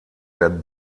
der